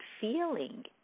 feeling